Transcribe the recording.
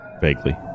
Vaguely